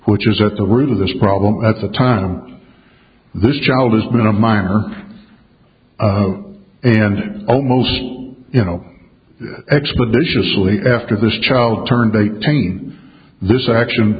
which is at the root of this problem that's the time this child has been a minor and almost you know expeditiously after this child turned eighteen this action